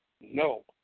No